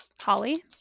Holly